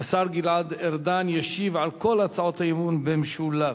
השר גלעד ארדן ישיב על כל הצעות האי-אמון במשולב.